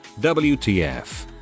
wtf